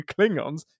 Klingons